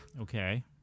Okay